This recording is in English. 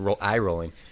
eye-rolling